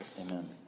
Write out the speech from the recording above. Amen